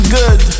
good